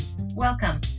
Welcome